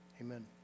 Amen